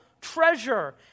treasure